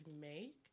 make